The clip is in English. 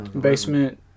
basement